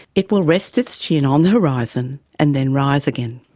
it will rest its chin on the horizon and then rise again.